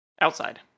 Outside